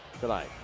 tonight